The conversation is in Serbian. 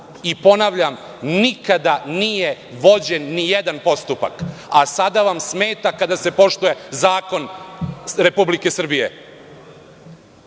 ponavljam, nikada nije vođen nijedan postupak, a sada vam smeta kada se poštuje zakon Republike Srbije.